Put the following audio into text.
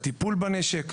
הטיפול בנשק,